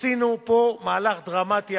עשינו פה מהלך דרמטי.